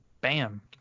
Bam